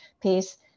piece